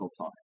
time